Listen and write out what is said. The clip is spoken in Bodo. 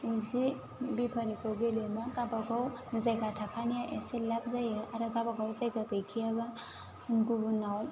जि बेफारिखौ गेलेना गावबागाव जायगा थाखानाया एसे लाब जायो आरो गावबा गाव जायगा गैखायाबा गुबुननाव